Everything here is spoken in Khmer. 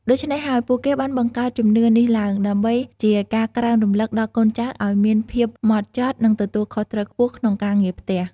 ដូច្នេះហើយ ពួកគេបានបង្កើតជំនឿនេះឡើង ដើម្បីជាការក្រើនរំលឹកដល់កូនចៅឱ្យមានភាពហ្មត់ចត់ និងទទួលខុសត្រូវខ្ពស់ក្នុងការងារផ្ទះ។